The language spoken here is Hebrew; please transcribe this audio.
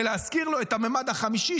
להזכיר לו את המימד החמישי,